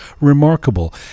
remarkable